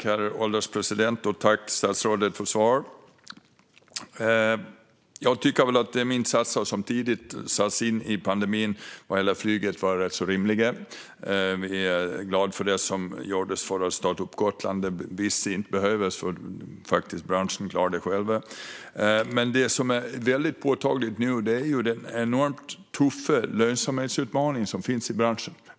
Herr ålderspresident! Jag tackar statsrådet för svar. Jag tycker att de insatser som tidigt under pandemin sattes in vad gäller flyget var rätt så rimliga. Vi är glada för det som gjordes för att starta upp Gotland. Vissa saker behövdes inte för branschen klarade faktiskt det själv. Men det är som är väldigt påtagligt nu är den enormt tuffa lönsamhetsutmaning som finns i branschen.